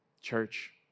church